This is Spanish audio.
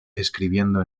escribiendo